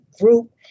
group